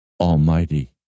Almighty